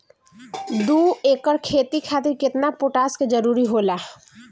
दु एकड़ खेती खातिर केतना पोटाश के जरूरी होला?